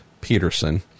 peterson